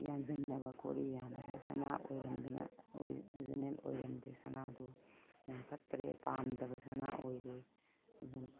ꯌꯥꯟꯖꯟꯅꯕ ꯀꯣꯔꯤ ꯌꯥꯟꯕ ꯁꯅꯥ ꯑꯣꯏꯔꯝꯗꯅ ꯑꯣꯔꯤꯖꯤꯅꯦꯜ ꯑꯣꯏꯔꯝꯗꯦ ꯁꯅꯥꯗꯨ ꯌꯥꯝ ꯐꯠꯇꯔꯦ ꯄꯥꯝꯗꯕ ꯁꯅꯥ ꯑꯣꯏꯔꯦ ꯑꯗꯨ